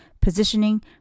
positioning